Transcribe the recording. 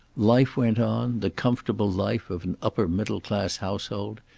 life went on, the comfortable life of an upper middle-class household.